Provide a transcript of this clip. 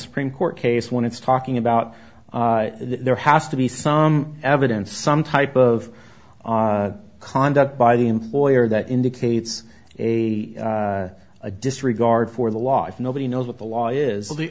supreme court case when it's talking about there has to be some evidence some type of conduct by the employer that indicates a a disregard for the law if nobody knows what the law is the